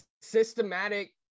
systematic